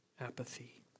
apathy